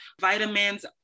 vitamins